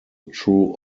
true